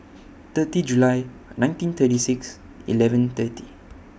thirty July nineteen thirty six eleven thirty